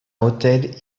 hotel